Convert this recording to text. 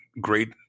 great